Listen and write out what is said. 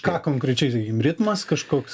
ką konkrečiai sakykim ritmas kažkoks